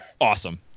awesome